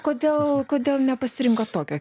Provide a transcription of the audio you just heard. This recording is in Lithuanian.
kodėl kodėl nepasirinkot tokio